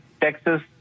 Texas